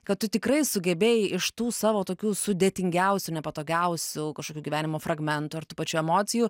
kad tu tikrai sugebėjai iš tų savo tokių sudėtingiausių nepatogiausių kažkokių gyvenimo fragmentų ar tų pačių emocijų